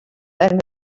then